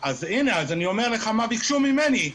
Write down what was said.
-- אז אני אומר לך מה ביקשו ממני.